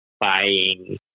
buying